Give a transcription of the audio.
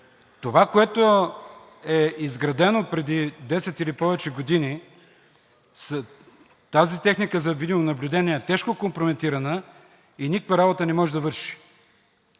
Това, което е изградено преди 10 или повече години, тази техника за видеонаблюдение е тежко компрометирана и никаква работа не може да върши.